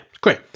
great